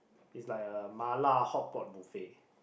it's like a Mala hotpot buffet